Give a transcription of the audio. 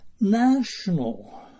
national